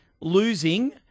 losing